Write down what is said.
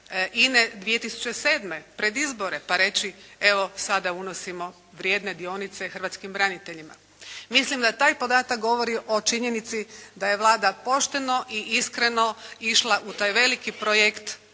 INA-e 2007. pred izbore pa reći, evo sada unosimo vrijedne dionice hrvatskim braniteljima. Mislim da taj podatak govori o činjenici da je Vlada pošteno i iskreno išla u taj veliki projekt